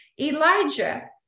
Elijah